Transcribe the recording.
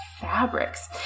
fabrics